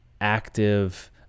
active